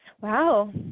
wow